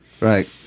Right